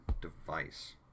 device